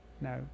no